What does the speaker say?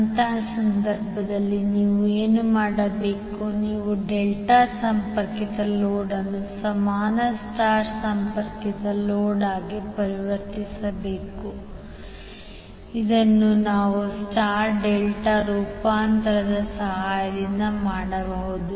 ಅಂತಹ ಸಂದರ್ಭದಲ್ಲಿ ನೀವು ಏನು ಮಾಡಬೇಕು ನೀವು ಡೆಲ್ಟಾ ಸಂಪರ್ಕಿತ ಲೋಡ್ ಅನ್ನು ಸಮಾನ star ಸಂಪರ್ಕಿತ ಲೋಡ್ ಆಗಿ ಪರಿವರ್ತಿಸಬೇಕು ಇದನ್ನು ನಾವು ಸ್ಟಾರ್ ಡೆಲ್ಟಾ ರೂಪಾಂತರದ ಸಹಾಯದಿಂದ ಮಾಡಬಹುದು